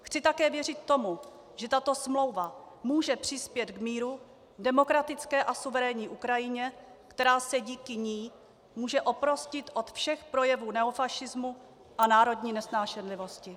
Chci také věřit tomu, že tato smlouva může přispět k míru, demokratické a suverénní Ukrajině, která se díky ní může oprostit od všech projevů neofašismu a národní nesnášenlivosti.